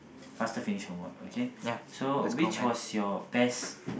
faster finish your work okay so which was your best